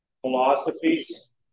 philosophies